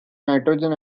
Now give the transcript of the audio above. nitrogen